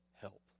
help